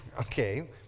okay